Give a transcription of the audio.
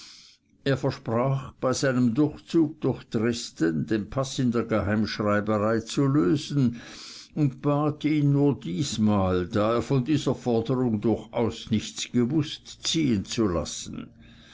umgehen versprach bei seinem durchzug durch dresden den paß in der geheimschreiberei zu lösen und bat ihn nur diesmal da er von dieser forderung durchaus nichts gewußt ziehen zu lassen